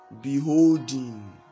beholding